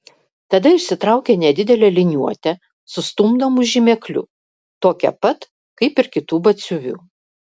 tada išsitraukė nedidelę liniuotę su stumdomu žymekliu tokią pat kaip ir kitų batsiuvių